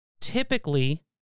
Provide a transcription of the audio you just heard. Typically